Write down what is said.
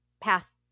path